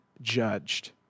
judged